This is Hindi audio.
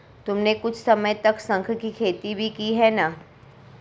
तुमने कुछ समय तक शंख की खेती भी की है ना?